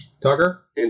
Tucker